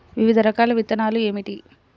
వివిధ రకాల విత్తనాలు ఏమిటి?